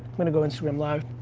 i'm gonna go instagram live.